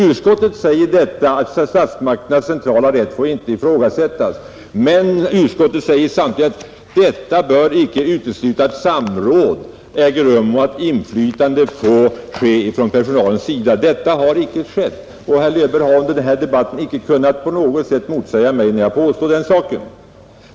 Utskottet säger att statsmakternas centrala rätt inte får ifrågasättas men framhåller samtidigt att detta bör icke utesluta att samråd äger rum och att inflytande får ske från personalens sida. Detta har icke skett, och herr Löfberg har under denna debatt icke kunnat på något sätt motsäga mitt påstående härom.